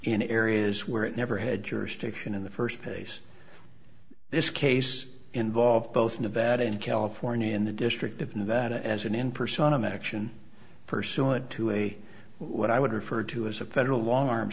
in areas where it never had jurisdiction in the first place this case involved both nevada and california in the district of nevada as an in person an action pursuant to a what i would refer to as a federal long arm